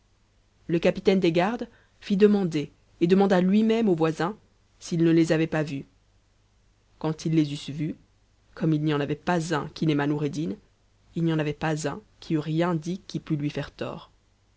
le capitaine des garde fit demander et demanda lui-même aux voisins s'ils ne les avaient pasus quand ils les eussent vus comme il n'y en avait pas un qui n'aimât noureddin il n'y en avait pas un qui eût rien dit qui pût lui faire tort